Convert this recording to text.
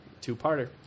Two-parter